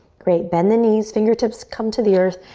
great, bend the knees. fingertips come to the earth.